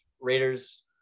Raiders